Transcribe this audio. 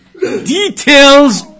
details